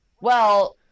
Well-